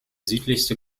südlichste